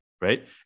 right